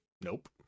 Nope